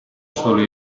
solo